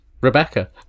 Rebecca